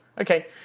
Okay